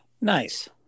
Nice